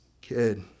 kid